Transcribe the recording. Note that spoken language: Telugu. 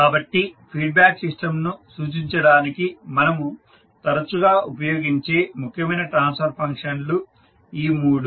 కాబట్టి ఫీడ్ బ్యాక్ సిస్టంను సూచించడానికి మనము తరచుగా ఉపయోగించే ముఖ్యమైన ట్రాన్స్ఫర్ ఫంక్షన్ లు ఈ మూడు